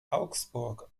augsburg